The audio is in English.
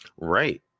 Right